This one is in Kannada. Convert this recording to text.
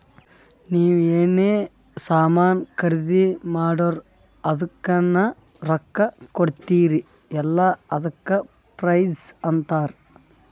ನೀವ್ ಎನ್ರೆ ಸಾಮಾನ್ ಖರ್ದಿ ಮಾಡುರ್ ಅದುಕ್ಕ ಎನ್ ರೊಕ್ಕಾ ಕೊಡ್ತೀರಿ ಅಲ್ಲಾ ಅದಕ್ಕ ಪ್ರೈಸ್ ಅಂತಾರ್